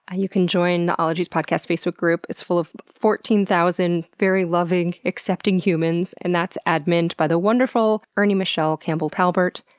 ah you can join the ologies podcast facebook group. it's full of fourteen thousand very loving, accepting humans, and that's adminned by the wonderful ernie michelle campbell talbert,